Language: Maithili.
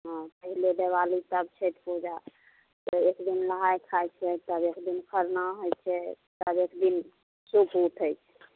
हँ पहिले देवाली तब छठि पूजा एक दिन नहाए खाइ छै तब एक दिन खरना होइ छै तब एक दिन सुप उठै छै